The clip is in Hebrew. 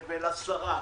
ולשרה,